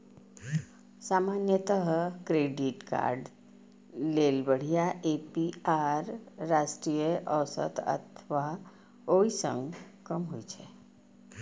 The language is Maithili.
सामान्यतः क्रेडिट कार्ड लेल बढ़िया ए.पी.आर राष्ट्रीय औसत अथवा ओइ सं कम होइ छै